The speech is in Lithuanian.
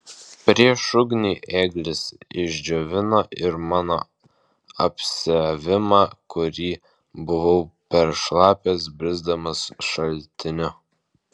prieš ugnį ėglis išdžiovino ir mano apsiavimą kurį buvau peršlapęs brisdamas šaltiniu